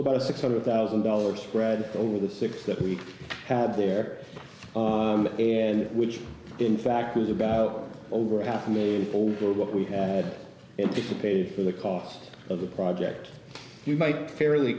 about a six hundred thousand dollars spread over the six that we had there and which in fact was about over half a million over what we had anticipated for the cost of the project you might fairly